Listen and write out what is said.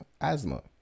asthma